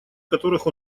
которых